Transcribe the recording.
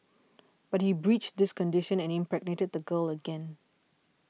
but he breached this condition and impregnated the girl again